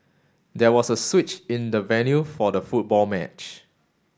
there was a switch in the venue for the football match